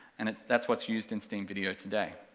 and that's what's used in steam video today.